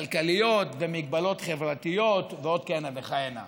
ומגבלות חברתיות ועוד כהנה וכהנה.